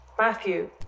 Matthew